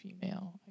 female